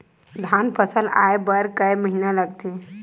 धान फसल आय बर कय महिना लगथे?